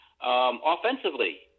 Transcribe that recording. Offensively